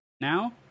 now